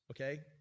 Okay